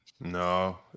No